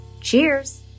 Cheers